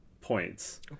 points